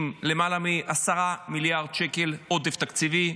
עם למעלה מ-10 מיליארד שקל עודף תקציבי,